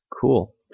Cool